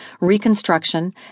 Reconstruction